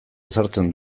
ezartzen